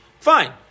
Fine